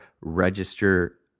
register